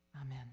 Amen